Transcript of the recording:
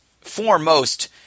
foremost